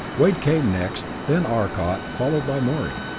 wade came next, then arcot, followed by morey.